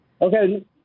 Okay